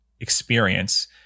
experience